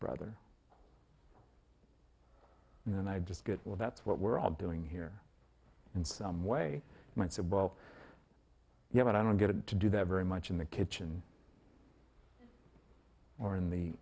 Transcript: brother and then i just get well that's what we're all doing here in some way might say well yeah but i don't get to do that very much in the kitchen or in the